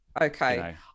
Okay